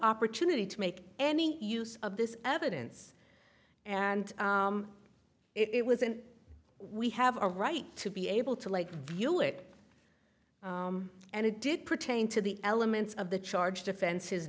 opportunity to make any use of this evidence and it was and we have a right to be able to lakeview it and it did pertain to the elements of the charge defenses